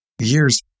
years